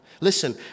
Listen